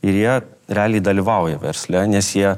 ir jie realiai dalyvauja versle nes jie